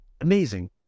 amazing